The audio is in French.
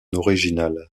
original